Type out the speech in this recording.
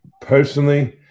personally